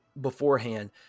beforehand